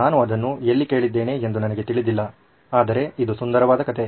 ನಾನು ಅದನ್ನು ಎಲ್ಲಿ ಕೇಳಿದ್ದೇನೆ ಎಂದು ನನಗೆ ತಿಳಿದಿಲ್ಲ ಆದರೆ ಇದು ಸುಂದರವಾದ ಕಥೆ